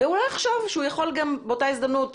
והוא לא יחשוב שהוא יכול גם באותה הזדמנות